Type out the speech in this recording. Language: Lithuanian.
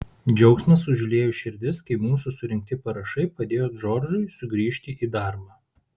džiaugsmas užliejo širdis kai mūsų surinkti parašai padėjo džordžui sugrįžti į darbą